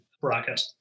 bracket